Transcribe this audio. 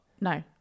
no